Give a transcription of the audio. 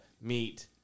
meet